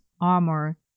armor